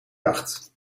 jacht